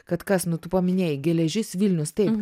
kad kas nu tu paminėjai geležis vilnius taip